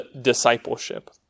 discipleship